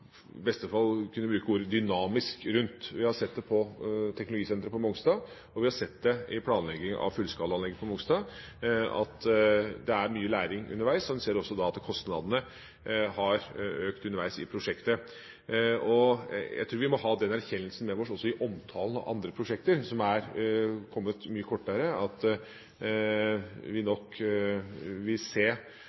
i beste fall kunne bruke ordet «dynamisk» om. Vi har sett det på teknologisenteret på Mongstad, og vi har sett det i planleggingen av fullskalaanlegg på Mongstad, at det er mye læring underveis. En ser også at kostnadene har økt underveis i prosjektet. Jeg tror vi må ha den erkjennelsen med oss også i omtalen av andre prosjekter som er kommet mye kortere, at vi nok vil se